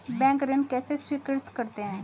Bank ऋण कैसे स्वीकृत करते हैं?